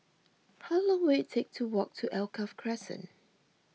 how long will it take to walk to Alkaff Crescent